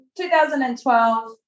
2012